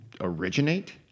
originate